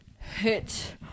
hit